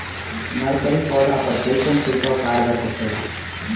Nursery पौधा पर कइसन छिड़काव कारगर होखेला?